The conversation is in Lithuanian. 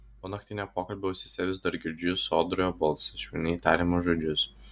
po naktinio pokalbio ausyse vis dar girdžiu sodrų jo balsą švelniai tariamus žodžius